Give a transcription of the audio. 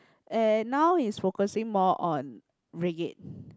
and now he's focusing more on raggae